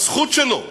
הזכות שלו,